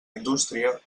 indústria